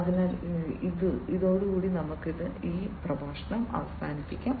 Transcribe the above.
അതിനാൽ ഇതോടെ നമ്മുക്ക് അവസാനിപ്പിക്കാം